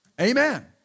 Amen